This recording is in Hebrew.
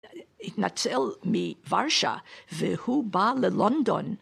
התנצל מוורשה והוא בא ללונדון.